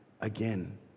again